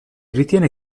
ritiene